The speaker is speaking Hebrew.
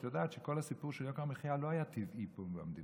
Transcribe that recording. את יודעת שכל הסיפור של יוקר המחיה לא היה טבעי פה במדינה.